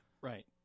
Right